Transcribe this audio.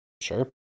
Sure